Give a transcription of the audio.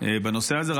בנושא הזה.